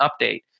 update